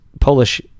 Polish